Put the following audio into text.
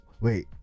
Wait